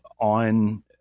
on